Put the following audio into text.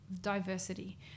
diversity